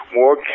more